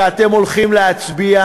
שאתם הולכים להצביע,